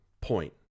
point